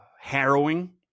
harrowing